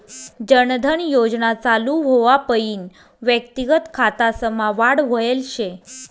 जन धन योजना चालू व्हवापईन व्यक्तिगत खातासमा वाढ व्हयल शे